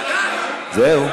זהו.